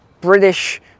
british